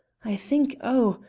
i think oh!